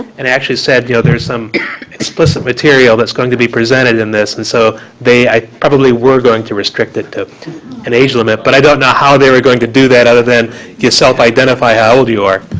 and actually said, you know, there's some explicit material that's going to be presented in this, and so they probably were going to restrict it to an age limit. but i don't know how they were going to do that other than just to self identify how old you are.